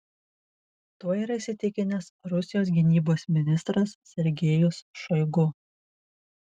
tuo yra įsitikinęs rusijos gynybos ministras sergejus šoigu